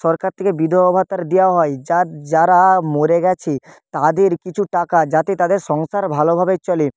সরকার থেকে বিধবা ভাতা দেওয়া হয় যারা মরে গেছে তাদের কিছু টাকা যাতে তাদের সংসার ভালোভাবে চলে